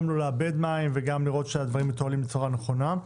גם לא לאבד מים וגם לראות שהדברים מתנהלים בצורה נכונה.